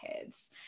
kids